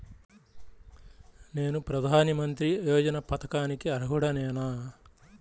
నేను ప్రధాని మంత్రి యోజన పథకానికి అర్హుడ నేన?